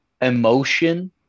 emotion